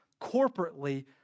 corporately